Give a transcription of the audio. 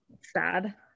sad